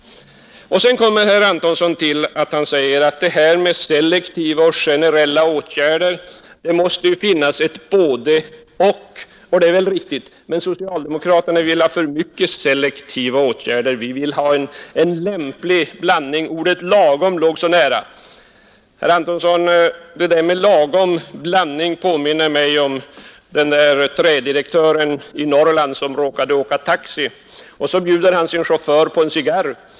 Sedan sade herr Antonsson att när det gäller selektiva och generella åtgärder så måste det vara ett både-och, och det är väl riktigt, men socialdemokraterna vill ha för mycket selektiva åtgärder; vi vill ha en lämplig blandning — ordet ”lagom” låg så nära. Herr Antonsson, det där med lagom blandning erinrar mig om den där trädirektören i Norrland som råkade åka taxi och bjöd sin chaufför på en cigarr.